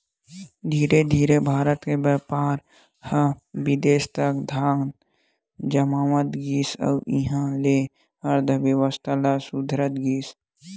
धीरे धीरे भारत के बेपार ह बिदेस म धाक जमावत गिस अउ इहां के अर्थबेवस्था ह सुधरत गिस